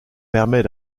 permet